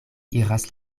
iras